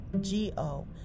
G-O